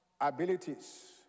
abilities